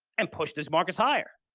and push this market higher.